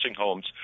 homes